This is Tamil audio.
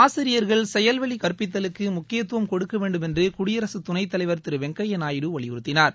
ஆசிரியர்கள் செயல்வழி கற்பித்தலுக்கு முக்கியத்துவம் கொடுக்கவேண்டும் என்று குடியரசுத்துணைத்தலைவா் திரு வெங்கய்யாநாயுடு வலியுறுத்தியுள்ளார்